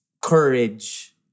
courage